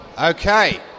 Okay